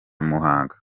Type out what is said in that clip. muhanga